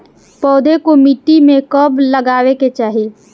पौधे को मिट्टी में कब लगावे के चाही?